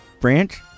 Branch